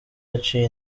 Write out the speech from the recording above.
yaciye